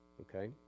Okay